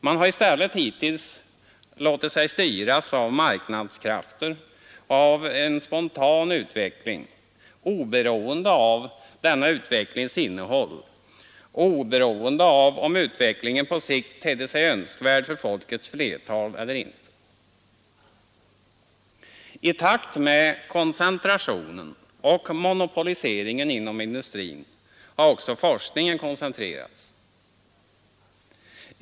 Man har i stället låtit sig styras av marknadskrafter och av en spontan utveckling, oberoende av denna utvecklings innehåll och oberoende av om utvecklingen på sikt tedde sig önskvärd för folkets flertal eller inte. I takt med koncentrationen och monopoliseringen inom industrin har också forskningen koncentrerats.